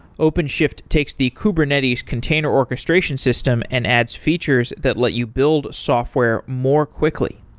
openshift takes the kubernetes container orchestration system and adds features that let you build software more quickly.